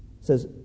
Says